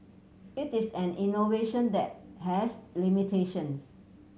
it is an innovation that has limitations